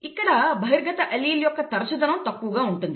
ఇక్కడ బహిర్గత అల్లీల్ యొక్క తరచుదనం తక్కువగా ఉంటుంది